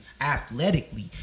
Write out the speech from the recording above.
athletically